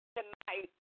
Tonight